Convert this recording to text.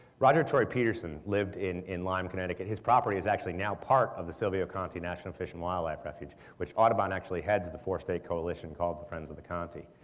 roger tory peterson lived in in lyme, connecticut. his property is actually now part of the silvio conte national fish and wildlife refuge which audubon actually heads the four-state coalition called the friends of conte.